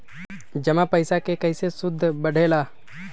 जमा पईसा के कइसे सूद बढे ला?